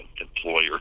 employer